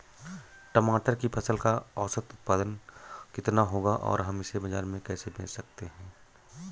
टमाटर की फसल का औसत उत्पादन कितना होगा और हम इसे बाजार में कैसे बेच सकते हैं?